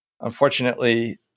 unfortunately